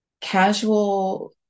casual